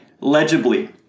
legibly